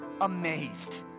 amazed